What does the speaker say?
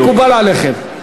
מקובל עליכם?